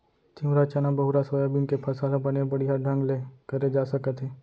तिंवरा, चना, बहुरा, सोयाबीन के फसल ह बने बड़िहा ढंग ले करे जा सकत हे